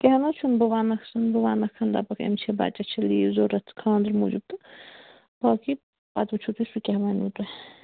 کیٚنٛہہ نَہ حظ چھُنہٕ بہٕ ونٛنسن بہٕ وَنکھن دَپکھ أمِس چھِ بچس چھِ لیٖو ضوٚرَتھ کانٛدرٕ موٗجوٗب تہٕ باقی پتہٕ وُچھُو تُہۍ سُہ کیٛاہ وَنوٕ تۄہہِ